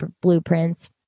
blueprints